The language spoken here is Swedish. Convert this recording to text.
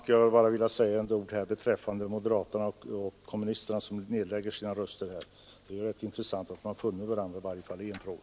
Jag vill till slut bara beträffande moderaterna och kommunisterna, som nedlägger sina röster i detta ärende, säga att det är rätt intressant att de har funnit varandra i varje fall i en fråga.